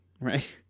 right